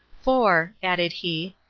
for, added he,